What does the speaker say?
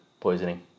poisoning